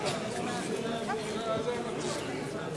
אי-אמון בממשלה לא נתקבלה.